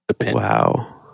Wow